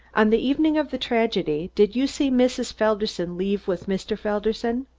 on the evening of the tragedy did you see mrs. felderson leave with mr. felderson?